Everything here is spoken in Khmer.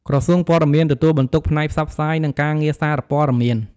ក្រសួងព័ត៌មាន ទទួលបន្ទុកផ្នែកផ្សព្វផ្សាយ និងការងារសារព័ត៌មាន។